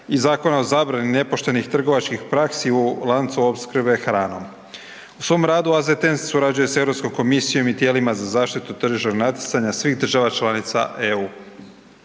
i Zakona o zabrani nepoštenih trgovačkih praksi u lancu opskrbe hranom. U svom radu AZTN surađuje sa Europskom komisijom i tijelima za zaštitu tržišnog natjecanja svih država članica EU.